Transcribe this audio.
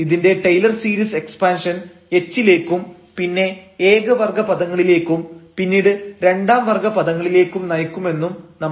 ഇതിന്റെ Taylor series expansion h ലേക്കും പിന്നെ ഏക വർഗ്ഗ പദങ്ങളിലേക്കും പിന്നീട് രണ്ടാം വർഗ്ഗ പദങ്ങളിലേക്കും നയിക്കുമെന്നും നമ്മൾ ആദ്യമേ കണ്ടതാണ്